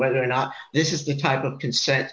whether or not this is the type of consent